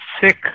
sick